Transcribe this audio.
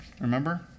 remember